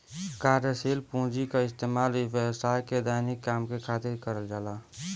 कार्यशील पूँजी क इस्तेमाल व्यवसाय के दैनिक काम के खातिर करल जाला